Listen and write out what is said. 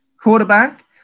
quarterback